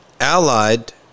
allied